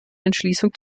entschließung